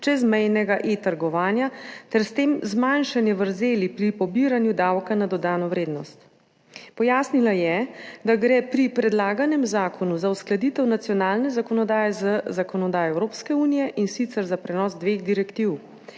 čezmejnega e-trgovanja ter s tem zmanjšanje vrzeli pri pobiranju davka na dodano vrednost. Pojasnila je, da gre pri predlaganem zakonu za uskladitev nacionalne zakonodaje z zakonodajo Evropske unije, in sicer za prenos dveh direktiv.